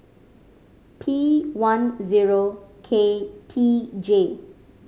P one zero K T J